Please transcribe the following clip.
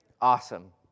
Awesome